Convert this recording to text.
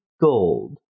gold